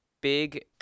big